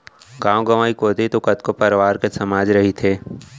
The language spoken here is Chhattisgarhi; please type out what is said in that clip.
गाँव गंवई कोती तो कतको परकार के समाज रहिथे